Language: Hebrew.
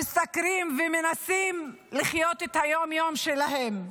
המשתכרים ומנסים לחיות את היום-יום שלהם,